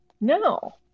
No